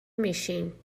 میشین